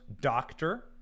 doctor